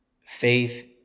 Faith